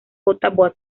bot